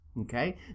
okay